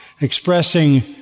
expressing